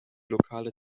lokale